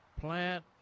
plant